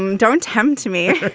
um don't tempt me.